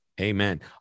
amen